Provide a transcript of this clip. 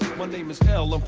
my name is l.